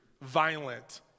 violent